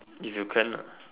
if you can ah